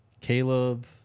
Caleb